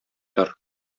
тор